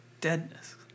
deadness